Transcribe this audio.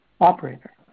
Operator